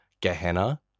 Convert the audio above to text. Gehenna